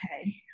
okay